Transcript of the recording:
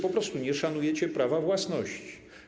Po prostu nie szanujecie prawa własności.